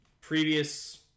previous